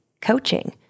coaching